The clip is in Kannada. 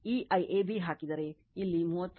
ಈ IAB ಹಾಕಿದರೆ ಇಲ್ಲಿ 13